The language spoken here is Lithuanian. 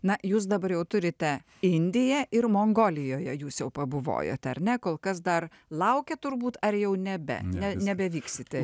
na jūs dabar jau turite indiją ir mongolijoje jūs jau pabuvojot ar ne kol kas dar laukia turbūt ar jau nebe ne nebevyksite